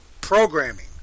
programming